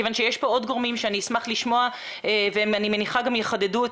יש כאן עוד גורמים אותם אשמח לשמוע ואני מניחה שהם יחדדו את